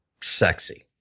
sexy